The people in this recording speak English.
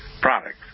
products